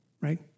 right